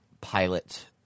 pilot